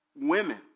Women